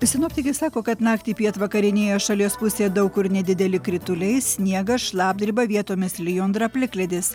sinoptikai sako kad naktį pietvakarinėje šalies pusėje daug kur nedideli krituliai sniegas šlapdriba vietomis lijundra plikledis